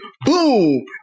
Boom